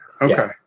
Okay